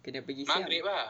kena pergi siang